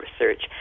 research